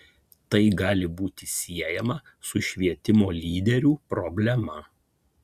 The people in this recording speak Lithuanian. tai gali būti siejama su švietimo lyderių problema